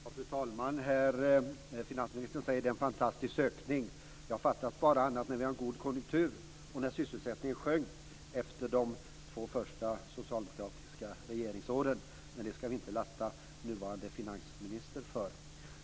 Fru talman! Finansministern säger att det är en fantastisk ökning. Fattas bara annat när vi har en god konjunktur och när sysselsättningen sjönk efter de två första socialdemokratiska regeringsåren. Men det skall vi inte lasta nuvarande finansministern för. Fru talman!